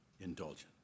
indulgence